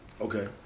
Okay